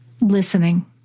listening